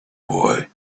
boy